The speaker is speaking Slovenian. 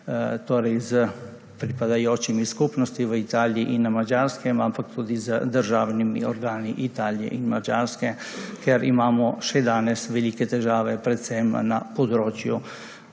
torej s pripadajočimi skupnostmi v Italiji in na Madžarskem, ampak tudi z državnimi organi Italije in Madžarske. Ker imamo še danes velike težave, predvsem na področju